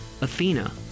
Athena